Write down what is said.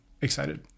excited